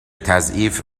تعضیف